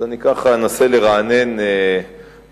אז אני ככה אנסה לרענן במהירות.